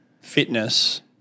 fitness